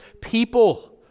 people